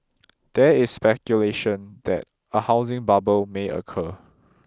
there is speculation that a housing bubble may occur